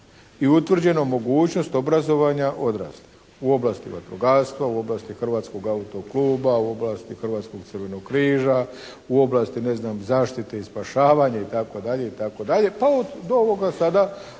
i utvrđeno mogućnost obrazovanja odraslih u oblasti vatrogastva, u oblasti Hrvatskog auto kluba, u oblasti Hrvatskog crvenog križa, u oblasti ne znam zaštite i spašavanja itd., itd. pa od ovoga sada,